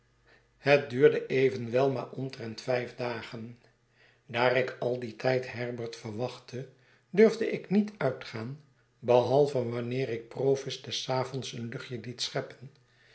het duurde eyenwel maar omtrent vijf dagen daar ik al dien tijd herbert verwachtte durfde ik niet uitgaan behalve wanneer ik provis des avonds een luchtje liet scheppen